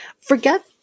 Forget